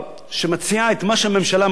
שמציעה את מה שהממשלה מציעה,